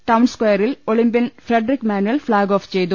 town സ്കയറിൽ olympian Frederick മാമ്പൽ flag off ചെയ്തു